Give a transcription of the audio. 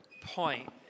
point